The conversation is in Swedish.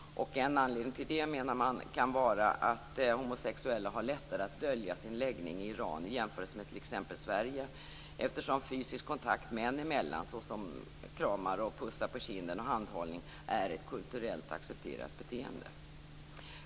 En anledning till det, menar man, kan vara att homosexuella har lättare att dölja sin läggning i Iran än i t.ex. Sverige eftersom fysisk kontakt män emellan - såsom kramar, pussar på kinden och handhållning - är ett kulturellt accepterat beteende.